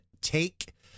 take